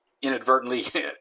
inadvertently